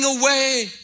away